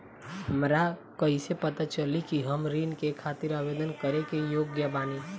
हमरा कइसे पता चली कि हम ऋण के खातिर आवेदन करे के योग्य बानी?